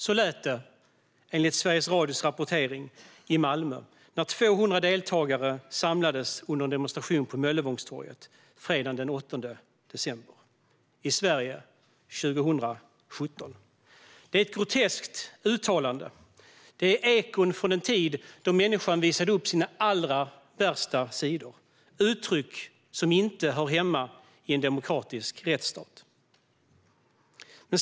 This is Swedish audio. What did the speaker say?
Så lät det, enligt Sveriges Radios rapportering, i Malmö när 200 deltagare samlades under en demonstration på Möllevångstorget fredagen den 8 december, i Sverige 2017. Det är ett groteskt uttalande. Det är ekon från en tid då människan visade upp sina allra värsta sidor. Det är uttryck som inte hör hemma i en demokratisk rättsstat.